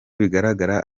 bigaragara